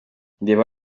reba